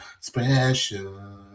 special